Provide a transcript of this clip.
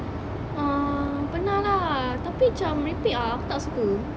ah pernah lah tapi macam merepek ah aku tak suka